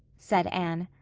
said anne.